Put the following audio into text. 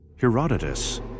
herodotus